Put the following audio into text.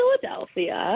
Philadelphia